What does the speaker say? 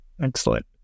Excellent